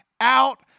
out